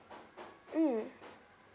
mm